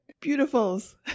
Beautifuls